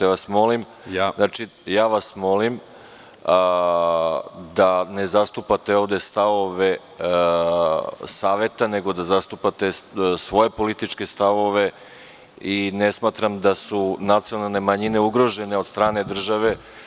Ja vas molim da ne zastupate ovde stavove saveta, nego da zastupate svoje političke stavove i ne smatram da su nacionalne manjine ugrožene od strane države.